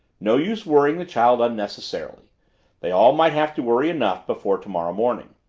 no use worrying the child unnecessarily they all might have to worry enough before tomorrow morning.